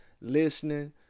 listening